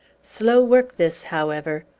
slow work this, however!